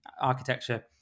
architecture